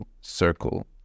circle